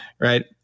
Right